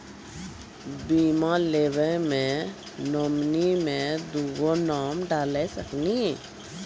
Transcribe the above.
बीमा लेवे मे नॉमिनी मे दुगो नाम डाल सकनी?